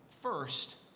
first